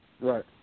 Right